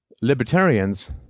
libertarians